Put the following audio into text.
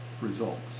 results